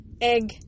egg